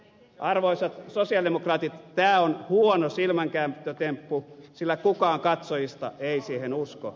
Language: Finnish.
arvoisat sosialidemokraatit tämä on huono silmänkääntötemppu sillä kukaan katsojista ei siihen usko